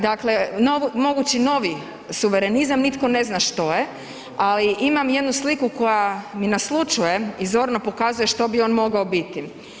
Dakle, mogući novi suverenizam, nitko ne zna što je, ali imam jednu sliku koja mi naslućuje i zorno pokazuje što bi on mogao biti.